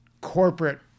corporate